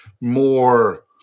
more